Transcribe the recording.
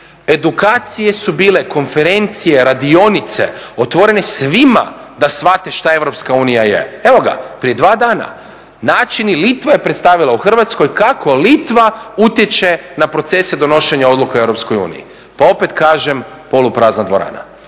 Edukacije su bile, konferencije, radionice otvorene svima da shvate što EU je. Evo ga, prije dva dana …/Govornik se ne razumije./… Litva je predstavila u Hrvatskoj kako Litva utječe na procese donošenja odluka u EU. Pa opet kažem, poluprazna dvorana.